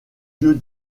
vieux